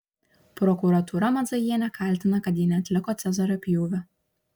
prokuratūra madzajienę kaltina kad ji neatliko cezario pjūvio